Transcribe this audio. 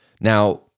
Now